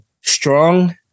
strong